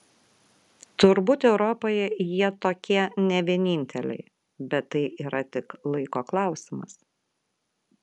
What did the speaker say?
turbūt europoje jie tokie ne vieninteliai bet tai yra tik laiko klausimas